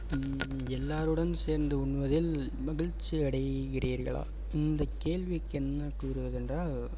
எல்லாேருடன் சேர்ந்து உண்ணுவதில் மகிழ்ச்சி அடைகிறீர்களா இந்த கேள்விக்கு என்ன கூறுவது என்றால்